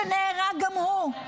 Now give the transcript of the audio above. שנהרג גם הוא.